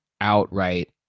outright